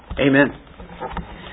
Amen